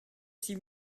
six